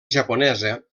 japonesa